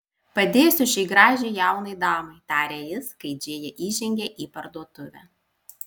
padėsiu šiai gražiai jaunai damai tarė jis kai džėja įžengė į parduotuvę